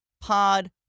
Pod